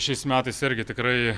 šiais metais irgi tikrai